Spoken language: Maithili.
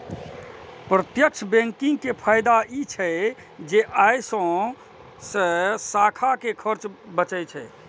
प्रत्यक्ष बैंकिंग के फायदा ई छै जे अय से शाखा के खर्च बचै छै